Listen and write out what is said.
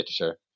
literature